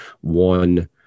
one